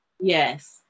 Yes